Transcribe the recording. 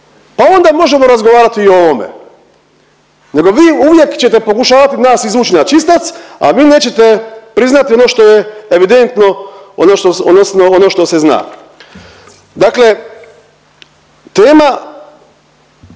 pa onda možemo razgovarati i o ovome, nego vi uvijek ćete pokušavati nas izvuć na čistac, a vi nećete priznati ono što je evidentno odnosno ono što se zna. Dakle tema